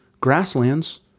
grasslands